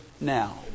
now